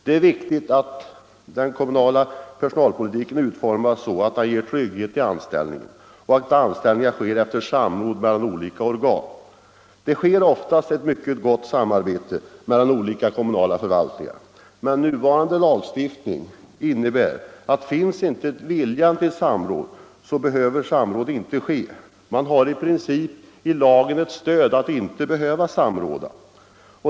Det är viktigt att den kommunala personalpolitiken utformas så att den ger trygghet i anställningen och att anställningar sker efter samråd mellan olika organ. Oftast råder ett mycket gott samarbete mellan olika kommunala förvaltningar, men nuvarande lagstiftning innebär att finns inte viljan till samråd så behöver samråd inte ske. Man har alltså i princip i lagen ett stöd för att inte behöva samråda.